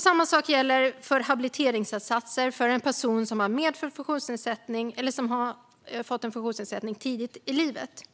Samma sak gäller för habiliteringsinsatser för en person som har en medfödd funktionsnedsättning eller har fått en funktionsnedsättning tidigt i livet.